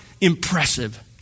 impressive